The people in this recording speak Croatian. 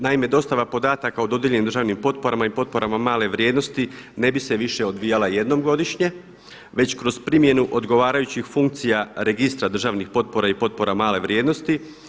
Naime, dostava podataka o dodijeljenim državnim potporama i potporama male vrijednosti ne bi se više odvijala jednom godišnje već kroz primjenu odgovarajućih funkcija registra državnih potpora i potpora male vrijednosti.